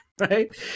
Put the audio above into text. Right